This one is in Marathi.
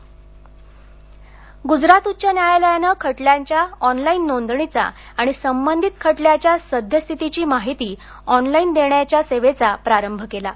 ग्जरात ई फायलिंग गुजरात उच्च न्यायालयानं खटल्यांच्या ऑनलाईन नोंदणीचा आणि संबंधित खटल्याच्या सद्यस्थितीची माहिती ऑनलाईन देण्याच्या सेवेचा प्रारंभ केला आहे